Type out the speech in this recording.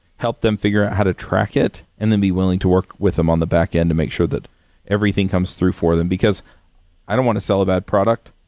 help them figure out how to track it and then be willing to work with them on the backend to make sure that everything comes through for them, because i don't want to sell a bad product.